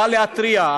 בא להפריע,